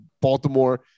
Baltimore